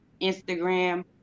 Instagram